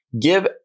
give